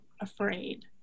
afraid